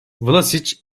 vlasiç